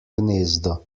gnezdo